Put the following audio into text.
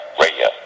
Radio